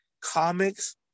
comics